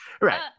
Right